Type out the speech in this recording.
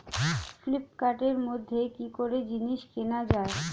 ফ্লিপকার্টের মাধ্যমে কি করে জিনিস কেনা যায়?